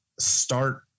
Start